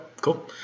cool